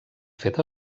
fet